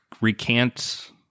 recant